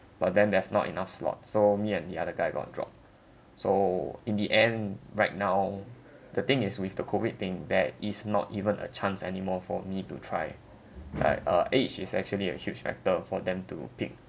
but then there's not enough slots so me and the other guy got dropped so in the end right now the thing is with the COVID thing there is not even a chance anymore for me to try like uh age is actually a huge factor for them to pick